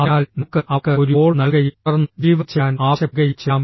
അതിനാൽ നമുക്ക് അവർക്ക് ഒരു കോൾ നൽകുകയും തുടർന്ന് ഡെലിവറി ചെയ്യാൻ ആവശ്യപ്പെടുകയും ചെയ്യാം